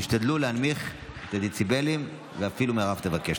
תשתדלו להנמיך את הדציבלים, ואפילו מירב תבקש.